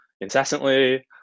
incessantly